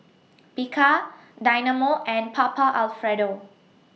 Bika Dynamo and Papa Alfredo